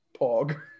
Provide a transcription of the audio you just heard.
Pog